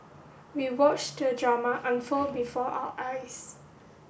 we watched the drama unfold before our eyes